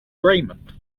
raymond